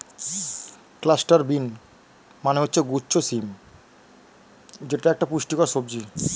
cluster bean মানে হচ্ছে গুচ্ছ শিম যেটা একটা পুষ্টিকর সবজি